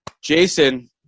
Jason